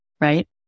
right